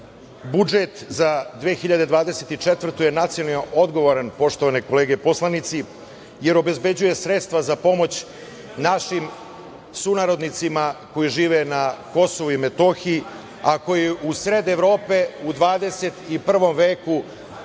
budžet za 2024. godinu je nacionalno odgovoran, poštovane kolege poslanici, jer obezbeđuje sredstva za pomoć našim sunarodnicima koji žive na Kosovu i Metohiji, a koji u sred Evrope u 21. veku